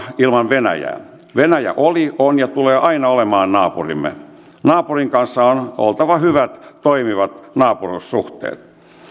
ilman venäjää venäjä oli on ja tulee aina olemaan naapurimme naapurin kanssa on oltava hyvät toimivat naapuruussuhteet